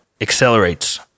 accelerates